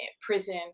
prison